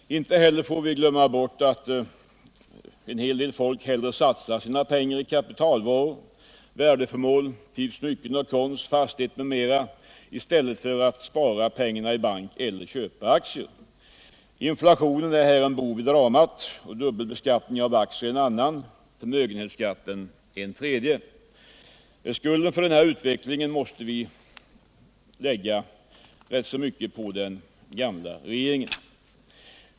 Inte heller får vi glömma att en hel del folk hellre satsar sina pengar i kapitalvaror, värdeföremål, typ smycken och konst, fastigheter m.m. i stället för att spara pengarna i bank eller köpa aktier. Inflationen är en bov i dramat, dubbelbeskattningen en annan, förmögenhetsskatten en tredje. Skulden för denna utveckling måste till stor del läggas på den gamla regeringen.